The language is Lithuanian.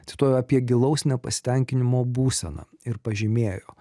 cituoju apie gilaus nepasitenkinimo būseną ir pažymėjo